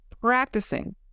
practicing